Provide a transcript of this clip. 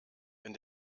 wenn